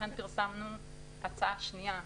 ולכן פרסמנו הצעה שנייה.